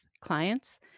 clients